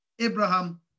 Abraham